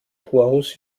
torus